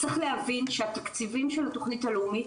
צריך להבין שהתקציבים של התוכנית הלאומית,